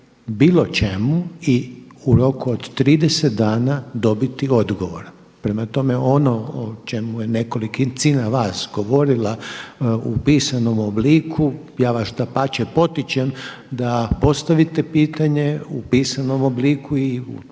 bilo čemu i u roku od 30 dana dobiti odgovor. Prema tome, ono o čemu je nekolicina vas govorila u pisanom obliku, ja vas dapače potičem da postavite pitanje u pisanom obliku i